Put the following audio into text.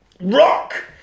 rock